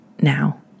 now